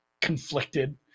conflicted